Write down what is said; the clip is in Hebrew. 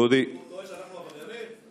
הוא טוען שאנחנו עבריינים?